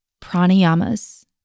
pranayamas